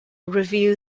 review